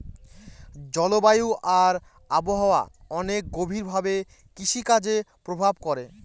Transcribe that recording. জলবায়ু আর আবহাওয়া অনেক গভীর ভাবে কৃষিকাজে প্রভাব করে